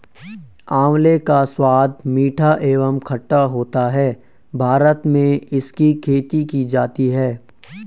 आंवले का स्वाद मीठा एवं खट्टा होता है भारत में इसकी खेती की जाती है